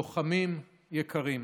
לוחמים יקרים,